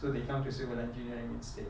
so they come to civil engineering instead